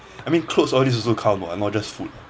I mean clothes all these also count [what] not just food